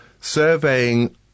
surveying